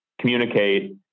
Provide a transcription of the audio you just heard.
communicate